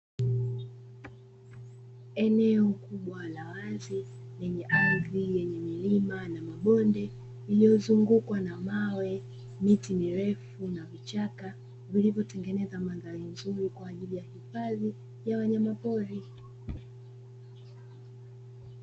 Eneo kubwa la wazi lenye ardhi yenye milima na mabonde lililozungukwa na mawe, miti mirefu na vichaka vilivyotengeneza mandhari nzuri kwa ajili ya hifadhi ya wanyamapori.